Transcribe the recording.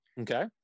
Okay